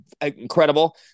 incredible